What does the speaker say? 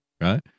Right